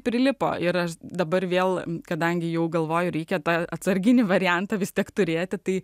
prilipo ir aš dabar vėl kadangi jau galvoju reikia tą atsarginį variantą vis tiek turėti tai